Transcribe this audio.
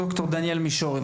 דוקטור דניאל מישורי,